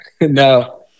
No